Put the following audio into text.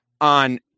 on